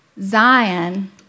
Zion